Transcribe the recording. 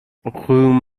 rue